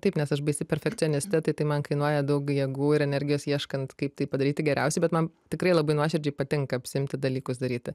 taip nes aš baisi perfekcioniste tai tai man kainuoja daug jėgų ir energijos ieškant kaip tai padaryti geriausiai bet man tikrai labai nuoširdžiai patinka apsiimti dalykus daryti